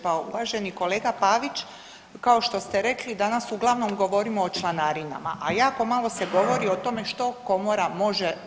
Pa uvaženi kolega Pavić kao što ste rekli danas uglavnom govorimo o članarinama, a jako malo se govori o tome što Komora može.